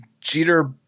jeter